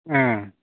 ꯎꯝ